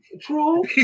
True